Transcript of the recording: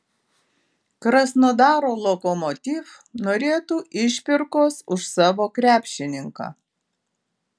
krasnodaro lokomotiv norėtų išpirkos už savo krepšininką